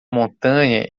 montanha